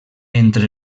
entre